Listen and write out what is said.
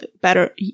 better